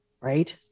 right